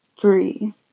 three